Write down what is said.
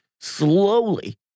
slowly